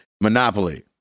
Monopoly